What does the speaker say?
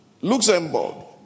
Luxembourg